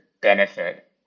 benefit